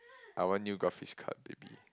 I want you graph his card baby